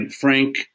Frank